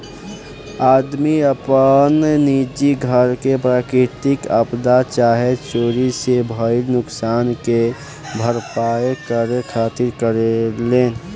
आदमी आपन निजी घर के प्राकृतिक आपदा चाहे चोरी से भईल नुकसान के भरपाया करे खातिर करेलेन